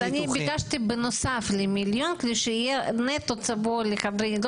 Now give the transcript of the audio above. אז אני ביקשתי בנוסף כדי שיהיה נטו צבוע לחדרי ניתוח,